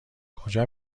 کجا